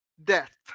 Death